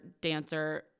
dancer